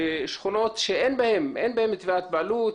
שכונות שאין בהן תביעת בעלות,